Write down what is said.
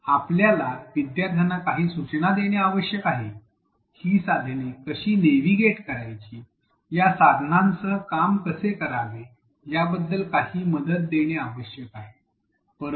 आपल्याला विद्यार्थ्यांना काही सूचना देणे आवश्यक आहे ही साधने कशी नेव्हिगेट करायची या साधनांसह काम कसे करावे याबद्दल काही मदत देणे आवश्यक आहे